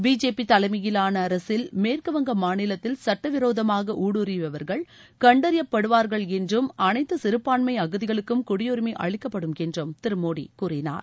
BJP தலைமையிலான அரசில் மேற்குவங்க மாநிலத்தில் சட்ட விரோதமாக ஊடுருவியவர்கள் கண்டறியப்படுவார்கள் என்றும் அனைத்து சிறுபான்மை அகதிகளுக்கும் குடியரிமை அளிக்கப்படும் என்றும் திரு மோடி கூறினார்